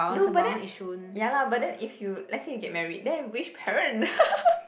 no but then ya lah but then if you let's say you get married then which parent